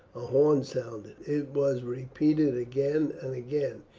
a horn sounded. it was repeated again and again,